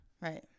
Right